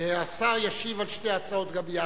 השר ישיב על שתי ההצעות גם יחד.